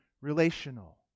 relational